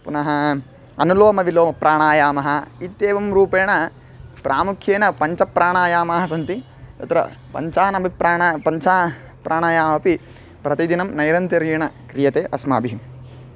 पुनः अनुलोमविलोमप्राणायामः इत्येवं रूपेण प्रामुख्येन पञ्चप्राणायामाः सन्ति तत्र पञ्चान् अपि प्राणः पञ्च प्राणायाममपि प्रतिदिनं नैरन्तर्येण क्रियते अस्माभिः